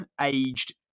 aged